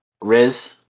Riz